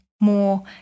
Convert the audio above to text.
more